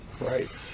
right